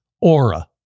Aura